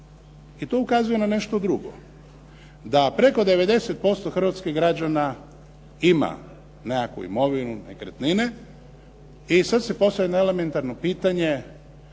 i to ukazuje na nešto drugo, da preko 90% hrvatskih građana ima nekakvu imovinu, nekretnine. I sada se postavlja jedno elementarno pitanje,